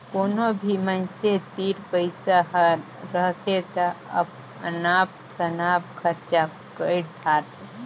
कोनो भी मइनसे तीर पइसा हर रहथे ता अनाप सनाप खरचा कइर धारथें